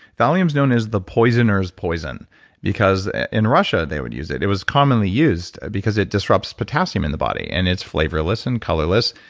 thallium's known as the poisoner's poison because in russia, they would use it. it was commonly used because it disrupts potassium in the body. and it's flavorless and colorless.